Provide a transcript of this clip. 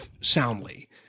soundly